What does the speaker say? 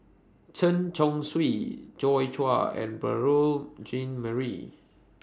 Chen Chong Swee Joi Chua and Beurel Jean Marie